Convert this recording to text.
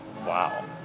wow